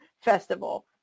festival